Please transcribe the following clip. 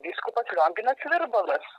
vyskupas lionginas virbalas